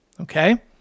okay